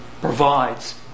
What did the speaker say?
provides